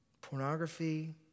Pornography